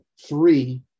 three